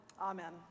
Amen